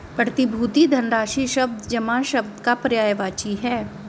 प्रतिभूति धनराशि शब्द जमा शब्द का पर्यायवाची है